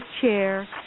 chair